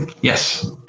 Yes